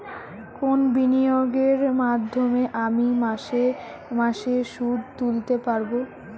কোন বিনিয়োগের মাধ্যমে আমি মাসে মাসে সুদ তুলতে পারবো?